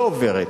לא עוברת.